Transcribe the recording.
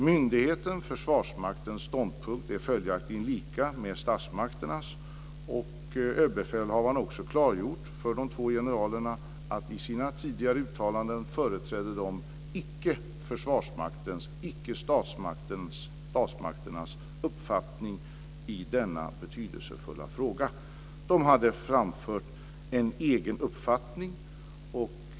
Myndigheten Försvarsmaktens ståndpunkt är följaktligen lika med statsmakternas. Överbefälhavaren har också klargjort för de två generalerna att de i sina tidigare uttalanden icke företrädde Försvarsmaktens och statsmakternas uppfattning i denna betydelsefulla fråga. De framförde en egen uppfattning.